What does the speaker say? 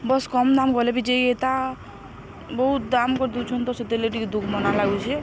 bus କମ୍ ଦାମ ଗଲେ ବି ଯେ ଏତା ବହୁତ ଦାମ କରି ଦଉଛନ୍ତି ତ ସେତେବେଳେ ଟିକେ ଦୁଖ ମନା ଲାଗୁଛେ